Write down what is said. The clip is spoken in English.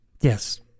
Yes